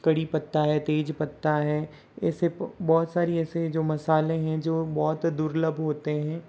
कड़ी पत्ता है तेज पत्ता है ऐसे बहुत सारे ऐसे जो मसाले हैं जो बहुत दुर्लभ होते हैं